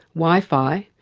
wi-fi,